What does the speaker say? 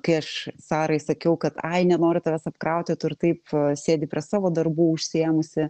kai aš sarai sakiau kad ai nenoriu tavęs apkrauti tu ir taip sėdi prie savo darbų užsiėmusi